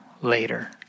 later